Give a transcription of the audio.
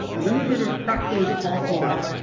and then they're they're gonna crack those offline.